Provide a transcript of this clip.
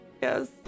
Yes